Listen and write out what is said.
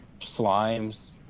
slimes